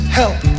help